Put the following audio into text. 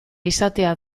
izatea